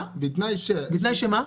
בתנאי שמה?